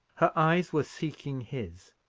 her eyes were seeking his,